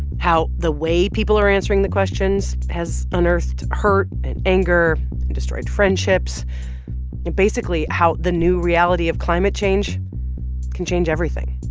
how the way people are answering the questions has unearthed hurt and anger and destroyed friendships and, basically, how the new reality of climate change can change everything.